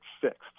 fixed